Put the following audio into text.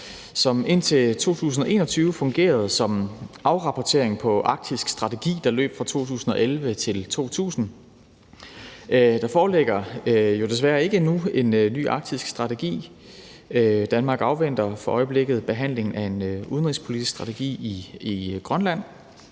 som indtil 2021 fungerede som afrapportering på arktisk strategi, der løb fra 2011 til 2020. Der foreligger jo desværre ikke endnu en ny arktisk strategi. Danmark afventer for øjeblikket behandling af en udenrigspolitisk strategi i Grønland,